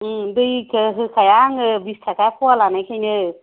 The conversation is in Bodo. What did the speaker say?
दैखौ होखाया आङो बिसथाखा फ'वा लानायखायनो